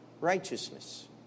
righteousness